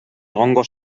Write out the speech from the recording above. egongo